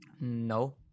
No